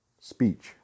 Speech